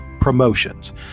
promotions